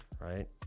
Right